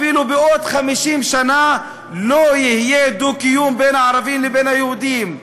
אפילו בעוד 50 שנה לא יהיה דו-קיום בין הערבים לבין היהודים.